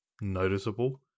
noticeable